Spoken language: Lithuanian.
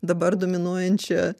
dabar dominuojančią